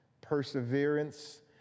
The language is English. perseverance